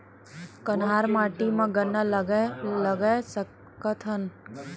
कन्हार माटी म गन्ना लगय सकथ न का?